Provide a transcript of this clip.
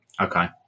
Okay